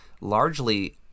largely